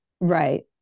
Right